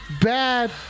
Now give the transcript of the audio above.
bad